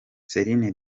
celine